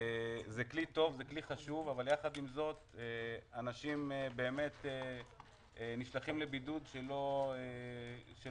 זה כלי טוב וחשוב אבל יחד עם זאת אנשים נשלחים לבידוד שלא לצורך.